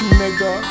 nigga